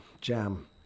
jam